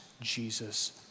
Jesus